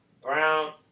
Brown